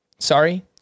Sorry